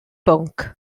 bwnc